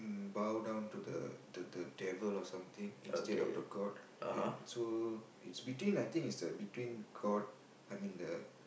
bow down to the the devil or something instead of the god and so it's between I think it's between god and then the